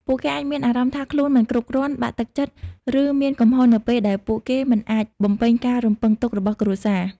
ពួកគេអាចមានអារម្មណ៍ថាខ្លួនមិនគ្រប់គ្រាន់ បាក់ទឹកចិត្ត ឬមានកំហុសនៅពេលដែលពួកគេមិនអាចបំពេញតាមការរំពឹងទុករបស់គ្រួសារ។